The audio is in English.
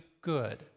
good